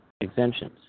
exemptions